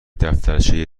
دفترچه